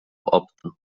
obco